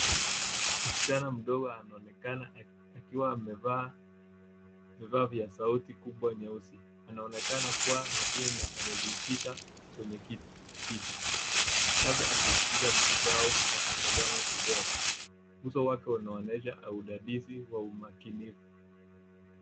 Msichana mdogo anaonekana akiwa amevaa vifaa vya sauti kubwa nyeusi. Anaonekana kuwa makini na amejikita kwenye kitu labda akisikiza musiki au akitazama video. Uso wake unaonyesha udadisi wa umakinifu.